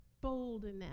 boldness